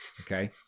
okay